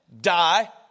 die